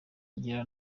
ngira